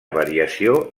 variació